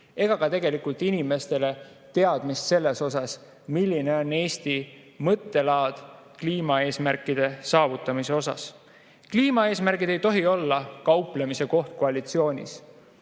ega ka inimestele teadmist selle kohta, milline on Eesti mõttelaad kliimaeesmärkide saavutamise nimel. Kliimaeesmärgid ei tohi olla kauplemise koht koalitsioonis.